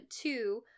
two